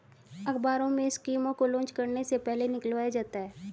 अखबारों में स्कीमों को लान्च करने से पहले निकलवाया जाता है